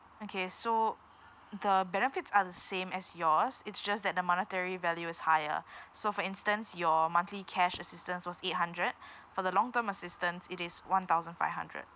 okay so the benefits are the same as yours it's just that the monetary value is higher so for instance your monthly cash assistance was eight hundred for the long term assistance it is one thousand five hundred